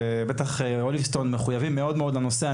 ובטח שאוליבסטון מחויבים מאוד לנושא.